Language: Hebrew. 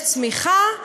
יש צמיחה,